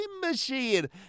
machine